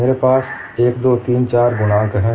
मेरे पास 1 2 3 4 गुणांक हैं